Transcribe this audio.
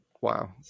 wow